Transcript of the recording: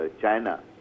China